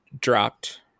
dropped